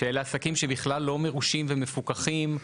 שאלה עסקים שבכלל לא מרושים ומפוקחים,